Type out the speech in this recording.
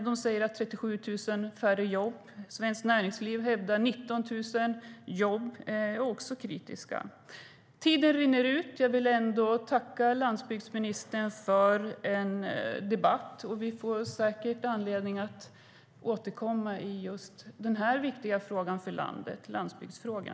De säger att det blir 37 000 färre jobb. Svenskt Näringsliv hävdar att det handlar om 19 000 jobb, och de är också kritiska. Talartiden rinner ut. Jag vill tacka landsbygdsministern för debatten. Vi får säkert anledning att återkomma i just denna viktiga fråga för landet - landsbygdsfrågan.